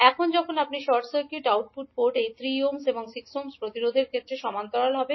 এখন যখন আপনি শর্ট সার্কিট আউটপুট পোর্ট এই 3 ওহম এবং 6 ওহম প্রতিরোধের এখন সমান্তরাল হবে